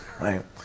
right